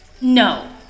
No